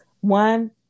One